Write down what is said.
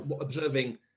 observing